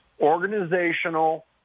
organizational